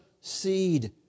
seed